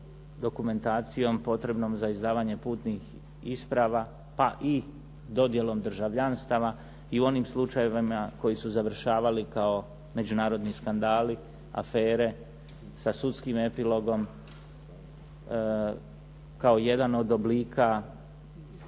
dokumentacijom potrebnom za izdavanje putnih isprava, pa i dodjelom državljanstava i u onim slučajevima koji su završavali kao međunarodni skandali, afere sa sudskim epilogom kao jedan od oblika